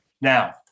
Now